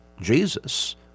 Jesus